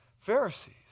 Pharisees